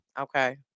Okay